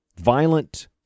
violent